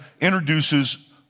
introduces